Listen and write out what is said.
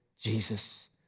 Jesus